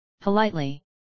politely